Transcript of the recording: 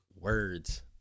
words